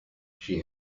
she